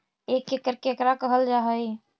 एक एकड़ केकरा कहल जा हइ?